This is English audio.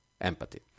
empathy